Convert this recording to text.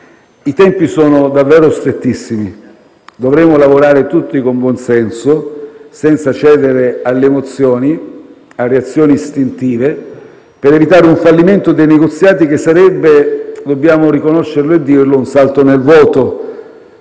I tempi sono davvero strettissimi. Dovremo lavorare tutti con buon senso, senza cedere alle emozioni e a reazioni istintive, per evitare un fallimento dei negoziati che - dobbiamo riconoscerlo e dirlo - sarebbe un salto nel vuoto,